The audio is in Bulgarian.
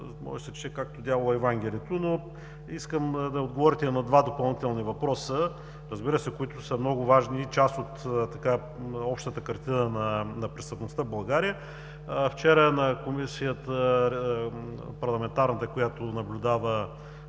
може да се чете, както дяволът Евангелието, но искам да отговорите на два допълнителни въпроса, разбира се, които са много важни и част от общата картина на престъпността в България. Вчера на парламентарната комисия, която наблюдава